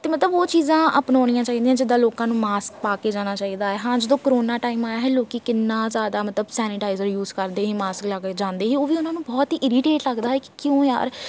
ਅਤੇ ਮਤਲਬ ਉਹ ਚੀਜ਼ਾਂ ਅਪਣਾਉਣੀਆਂ ਚਾਹੀਦੀਆਂ ਹਨ ਜਿੱਦਾਂ ਲੋਕਾਂ ਨੂੰ ਮਾਸਕ ਪਾ ਕੇ ਜਾਣਾ ਚਾਹੀਦਾ ਹੈ ਹਾਂ ਜਦੋਂ ਕਰੋਨਾ ਟਾਈਮ ਆਇਆ ਹੈ ਲੋਕ ਕਿੰਨਾਂ ਜ਼ਿਆਦਾ ਮਤਲਬ ਸੈਨੀਟਾਈਜ਼ਰ ਯੂਜ ਕਰਦੇ ਸੀ ਮਾਸਕ ਲਾ ਕੇ ਜਾਂਦੇ ਸੀ ਉਹ ਵੀ ਉਹਨਾਂ ਨੂੰ ਬਹੁਤ ਹੀ ਇਰੀਟੇਟ ਲੱਗਦਾ ਕਿ ਕਿਉਂ ਯਾਰ